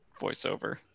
voiceover